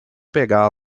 pegá